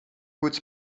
poets